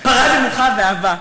פרה נמוכה ועבה.